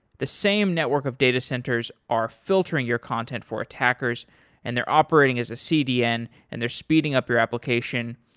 the same network of datacenters are filtering your content for attackers and they're operating as a cdn and they're speeding up your application.